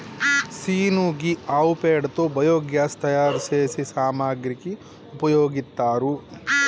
scene గీ ఆవు పేడతో బయోగ్యాస్ తయారు సేసే సామాగ్రికి ఉపయోగిత్తారు